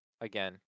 again